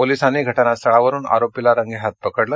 पोलिसांनी घटनास्थळावरुन आरोपीला रंगेहात पकडलं